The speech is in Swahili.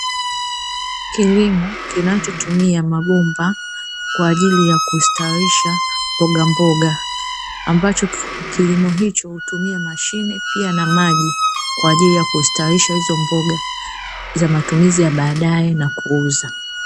Kilimo kinachotumia mabomba, kwaajiri ya kustawisha mboga mboga, ambacho kilimo hicho hutumia mashine, pia na maji, kwaajiri ya kustawisha hizo mboga, za matumizi ya baadae na kuuza.